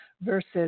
versus